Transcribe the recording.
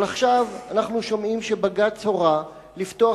אבל עכשיו אנחנו שומעים שבג"ץ הורה לפתוח